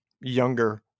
younger